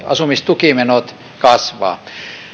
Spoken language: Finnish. asumistukimenot kasvavat